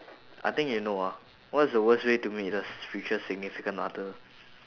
I think you know ah what is the worst way to meet a future significant other